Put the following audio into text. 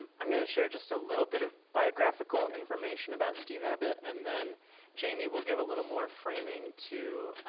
um i'm going to share just a little bit of biographical information about steve abbott and then jamie will give a little more framing to